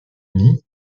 uni